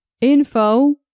info